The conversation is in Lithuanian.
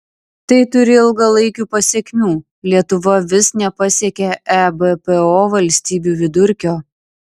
tai turi ilgalaikių pasekmių lietuva vis nepasiekia ebpo valstybių vidurkio